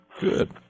Good